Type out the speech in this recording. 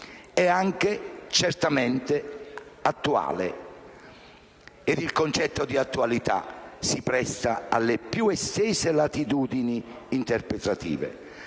è certamente anche attuale e che il concetto di attualità si presta alle più estese latitudini interpretative.